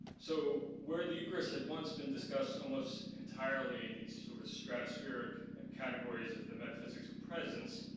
so where the eucharist had once been discussed almost entirely in these sort of stratospheric ah categories of the metaphysics of presence,